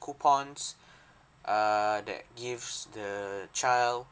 coupons err that gives the child